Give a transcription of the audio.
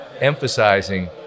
emphasizing